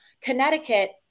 Connecticut